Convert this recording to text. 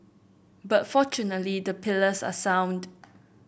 but fortunately the pillars are sound